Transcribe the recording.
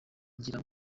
ngira